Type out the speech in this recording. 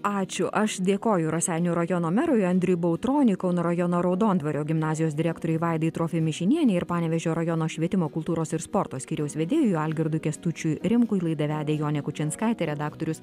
ačiū aš dėkoju raseinių rajono merui andriui bautroniui kauno rajono raudondvario gimnazijos direktorei vaida trofimišinienei ir panevėžio rajono švietimo kultūros ir sporto skyriaus vedėjui algirdui kęstučiui rimkui laidą vedė jonė kučinskaitė redaktorius